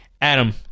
Adam